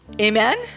amen